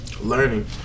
learning